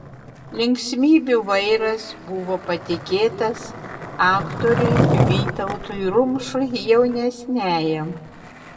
linksmybių vairas buvo patikėtas aktoriui vytautui rumšui jaunesniajam